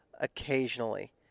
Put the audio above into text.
occasionally